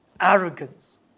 arrogance